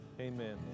Amen